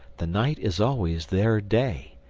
the night is always their day.